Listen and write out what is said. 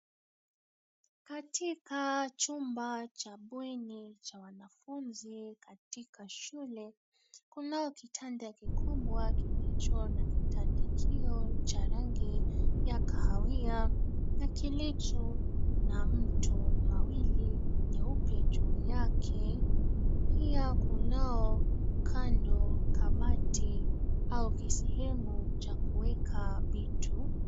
Katika chumba cha bweni cha wanafunzi katika shule ,kunao kitanda kikubwa kilicho na kitandikio cha rangi ya kahawia na kilicho na mto mawili meupe juu yake. Pia kuna kando kabati au kisehemu cha kuweka vitu.